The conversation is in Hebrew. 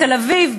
בתל-אביב,